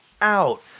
out